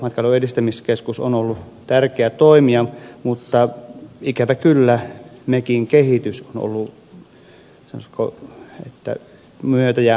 matkailun edistämiskeskus on ollut tärkeä toimija mutta ikävä kyllä mekin kehitys on ollut sanoisiko myötä ja vastamäkeä